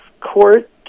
court